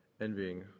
envying